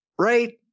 Right